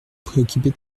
préoccuper